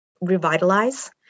revitalize